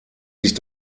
sich